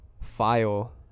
file